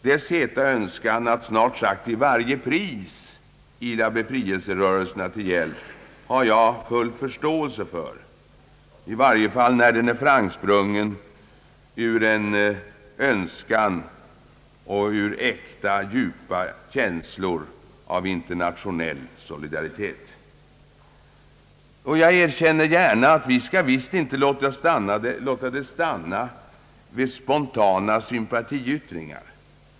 Dess heta önskan att snart sagt till varje pris ila befrielserörelserna till hjälp har jag full förståelse för, i varje fall när den är framsprungen ur en önskan att hjälpa och ur äkta djupa känslor av internationell solidaritet. Jag erkänner gärna att vi visst inte skall låta det stanna vid spontana sympatiyttringar.